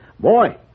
Boy